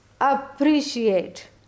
appreciate